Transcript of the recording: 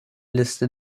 liste